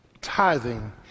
tithing